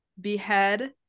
behead